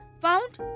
found